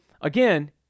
again